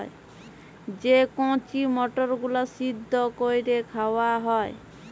যে কঁচি মটরগুলা সিদ্ধ ক্যইরে খাউয়া হ্যয়